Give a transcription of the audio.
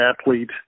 athlete